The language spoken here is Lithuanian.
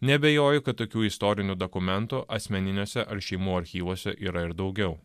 neabejoju kad tokių istorinių dokumentų asmeniniuose ar šeimų archyvuose yra ir daugiau